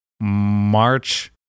March